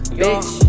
bitch